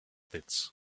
pits